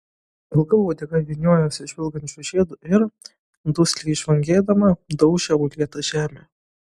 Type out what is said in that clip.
ilga uodega vyniojosi žvilgančiu žiedu ir dusliai žvangėdama daužė uolėtą žemę